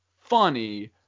funny